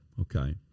okay